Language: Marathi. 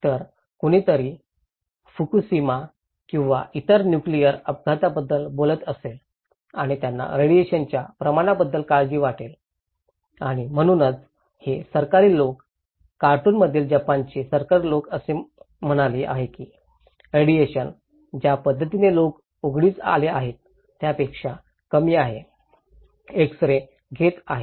तर कुणीतरी फुकुशिमा किंवा इतर न्युक्लेअर अपघाताबद्दल बोलत असेल आणि त्यांना रेडिएशनच्या परिणामाबद्दल काळजी वाटेल आणि म्हणूनच हे सरकारी लोक कार्टूनमध्ये जपानचे सरकारी लोक असे म्हणाले आहेत की रेडिएशन ज्या पद्धतीने लोक उघडकीस आले आहेत त्यापेक्षा कमी आहे एक्स रे घेत आहेत